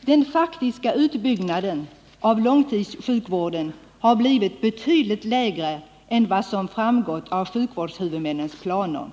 ”den faktiska utbyggnaden av långtidssjukvården har blivit betydligt lägre än vad som framgått av sjukvårdshuvudmännens planer.